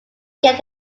get